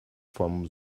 vom